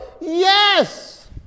yes